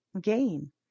gain